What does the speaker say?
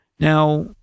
Now